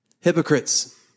hypocrites